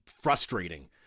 frustrating